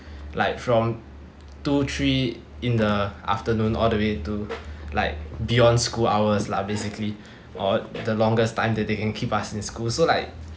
like from two three in the afternoon all the way to like beyond school hours lah basically or the longest time they they can keep us in school so like